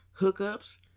hookups